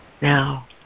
now